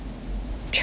challenge what